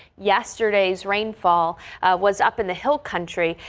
yesterday's rainfall was up in the hill country.